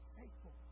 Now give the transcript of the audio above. faithful